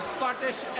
Scottish